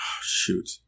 shoot